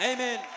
Amen